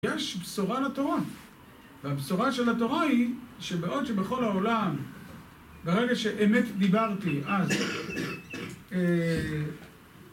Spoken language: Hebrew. יש בשורה לתורה. והבשורה של התורה היא שבעוד שבכל העולם ברגע שאמת דיברתי אז